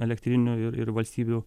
elektrinių ir ir valstybių